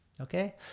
okay